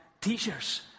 teachers